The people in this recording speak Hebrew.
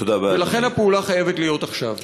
ולכן הפעולה חייבת להיות עכשיו.